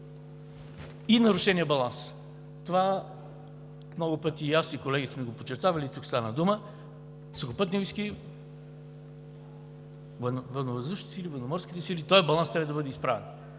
Нарушеният баланс – това много пъти и аз, и колегите сме го подчертавали и тук стана дума. Сухопътните войски, Военновъздушните сили, Военноморските сили – този баланс трябва да бъде изправен.